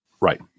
Right